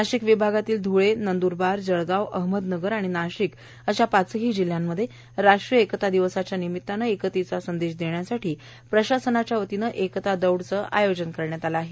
नाशिक विभागातील ध्वे नंद्रबार जळगाव अहमदनगर आणि नाशिक अशा पाचही जिल्ह्यात राष्ट्रीय एकता दिवसाच्या निमित्ताने एकतेचा संदेश देण्यासाठी प्रशासनाच्यावतीने एकता दौडचे आयोजन करण्यात आले आहे